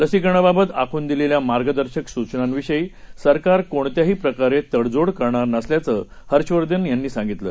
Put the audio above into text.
लसीकरणाबाबतआखूनदिलेल्यामार्गदर्शकसूचनांविषयीसरकारकोणत्याहीप्रकारेतडजोडकरणारनसल्याचंहर्षवर्धनयांनीसांगितलं